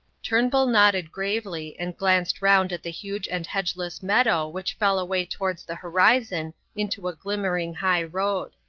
turnbull nodded gravely and glanced round at the huge and hedgeless meadow which fell away towards the horizon into a glimmering high road.